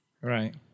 Right